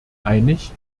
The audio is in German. einig